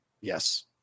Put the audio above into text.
Yes